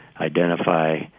identify